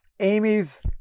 Amy's